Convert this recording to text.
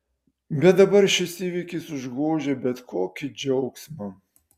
bet dabar šis įvykis užgožia bet kokį džiaugsmą